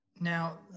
Now